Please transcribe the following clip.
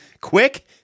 quick